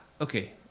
okay